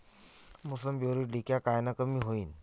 मोसंबीवरील डिक्या कायनं कमी होईल?